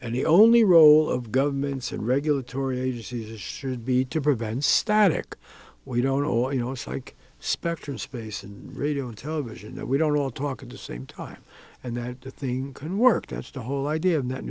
and the only role of governments and regulatory agencies should be to prevent static we don't or you know it's like spectrum space and radio and television that we don't all talk at the same time and that thing can work that's the whole idea of n